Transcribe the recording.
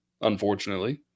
unfortunately